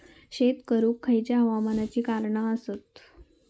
शेत करुक खयच्या हवामानाची कारणा आसत?